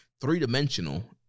three-dimensional